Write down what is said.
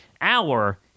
hour